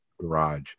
garage